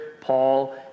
Paul